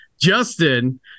Justin